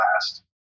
last